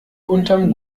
unterm